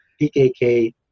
PKK